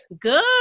good